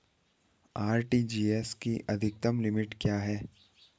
RTGS की अधिकतम limit क्या है?